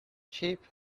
cheap